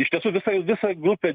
iš tiesų visai visa grupė